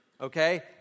Okay